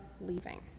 leaving